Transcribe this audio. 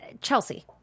Chelsea